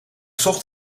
zocht